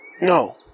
No